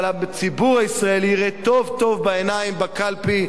אבל הציבור הישראלי יראה טוב-טוב בעיניים בקלפי,